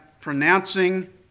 pronouncing